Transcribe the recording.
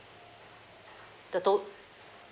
the to~